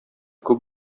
күп